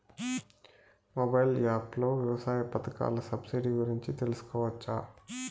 Mobile app లో వ్యవసాయ పథకాల సబ్సిడి గురించి తెలుసుకోవచ్చా?